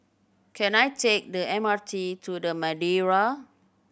can I take the M R T to The Madeira